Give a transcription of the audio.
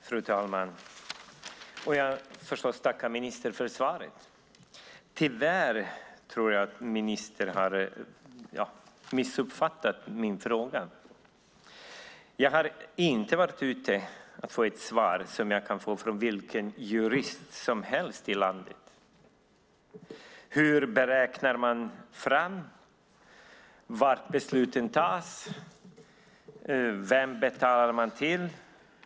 Fru talman! Jag får tacka ministern för svaret. Tyvärr tror jag att ministern har missuppfattat min fråga. Jag har inte varit ute efter att få ett svar som jag kan få från vilken jurist som helst i landet. Hur räknar man fram var besluten tas? Vem betalar man till?